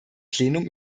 plenum